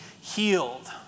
healed